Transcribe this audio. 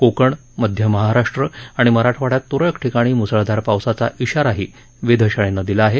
कोकण मध्य महाराष्ट्र आणि मराठवाङ्यात तुरळक ठिकाणी मुसळधार पावसाचा इशाराही वेधशाळेनं दिला आहे